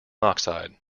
oxide